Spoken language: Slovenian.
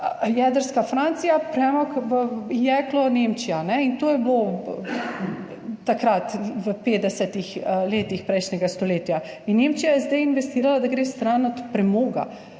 jedrska Francija, premog, jeklo pa Nemčija. To je bilo takrat v 50. letih prejšnjega stoletja. Nemčija je zdaj investirala, da gre stran od premoga.